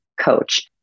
coach